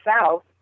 south